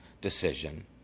decision